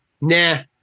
nah